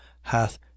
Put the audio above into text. hath